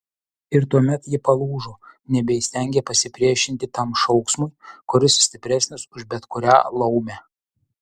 ir tuomet ji palūžo nebeįstengė pasipriešinti tam šauksmui kuris stipresnis už bet kurią laumę